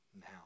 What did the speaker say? now